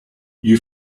you